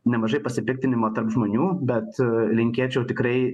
nemažai pasipiktinimo tarp žmonių bet linkėčiau tikrai